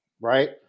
Right